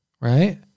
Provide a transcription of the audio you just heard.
right